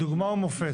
דוגמה ומופת.